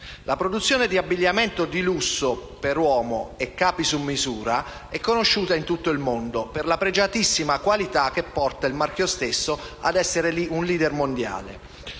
La produzione di abbigliamento di lusso per uomo e di capi su misura è conosciuta in tutto il mondo per la pregiatissima qualità che porta il marchio stesso ad essere un *leader* mondiale.